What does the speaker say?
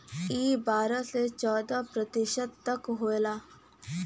ई बारह से चौदह प्रतिशत तक होला